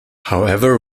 however